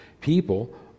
people